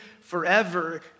forever